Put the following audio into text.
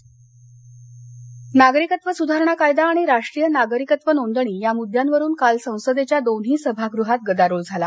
लोकसभा नागरिकत्व सुधारणा कायदा आणि राष्ट्रीय नागरिकत्व नोंदणी या मुद्द्यांवरून काल संसदेच्या दोन्ही सभागृहात गदारोळ झाला